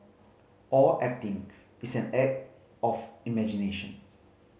all acting is an act of imagination